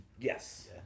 Yes